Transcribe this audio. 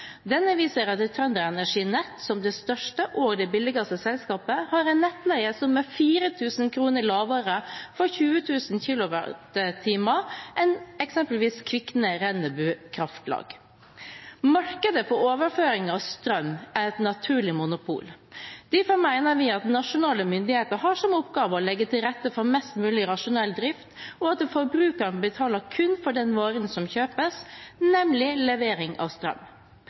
Denne viser at TrønderEnergi Nett, som det største og billigste selskapet, har en nettleie som er 4 000 kr lavere for 20 000 kWh enn eksempelvis Kvikne-Rennebu Kraftlag. Markedet for overføring av strøm er et naturlig monopol. Derfor mener vi at nasjonale myndigheter har som oppgave å legge til rette for mest mulig rasjonell drift, og at forbrukeren betaler kun for den varen som kjøpes, nemlig levering av strøm.